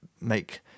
make